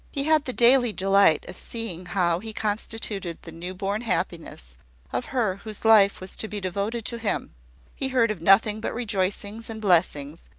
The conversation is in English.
he had the daily delight of seeing how he constituted the new-born happiness of her whose life was to be devoted to him he heard of nothing but rejoicings and blessings,